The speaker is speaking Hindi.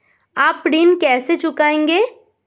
आप ऋण कैसे चुकाएंगे?